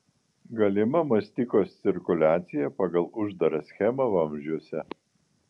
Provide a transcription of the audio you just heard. galima mastikos cirkuliacija pagal uždarą schemą vamzdžiuose